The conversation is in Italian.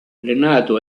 renato